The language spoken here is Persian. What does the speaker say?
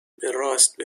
راست